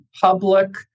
public